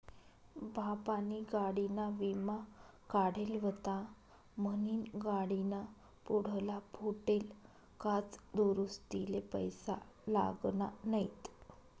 बाबानी गाडीना विमा काढेल व्हता म्हनीन गाडीना पुढला फुटेल काच दुरुस्तीले पैसा लागना नैत